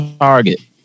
target